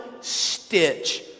stitch